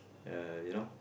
uh you know